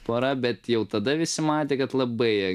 pora bet jau tada visi matė kad labai jie